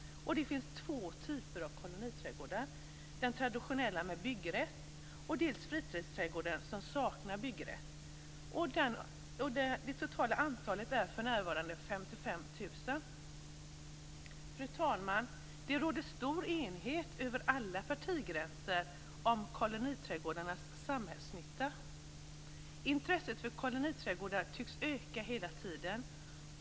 Det finns två typer av koloniträdgårdar, dels den traditionella med byggrätt, dels fritidsträdgården som saknar byggrätt. Det totala antalet är för närvarande 55 000. Fru talman! Det råder stor enighet över alla partigränser om koloniträdgårdarnas samhällsnytta. Intresset för koloniträdgårdar tycks öka hela tiden.